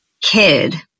kid